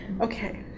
Okay